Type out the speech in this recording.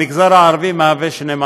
המגזר הערבי הוא 12%,